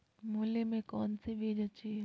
मूली में कौन सी बीज अच्छी है?